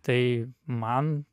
tai man